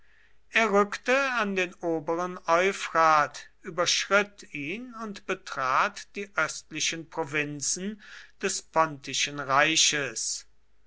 er rückte an den oberen euphrat überschritt ihn und betrat die östlichen provinzen des pontischen reiches